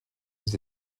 aux